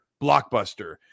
blockbuster